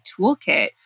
toolkit